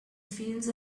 fields